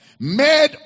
made